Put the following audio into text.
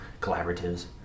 collaboratives